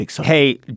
hey